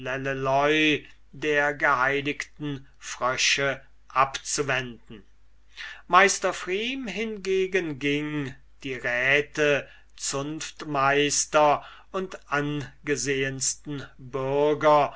der geheiligten frösche abzuwenden der zunftmeister hingegen ging die räte zunftmeister und angesehensten bürger